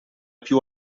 più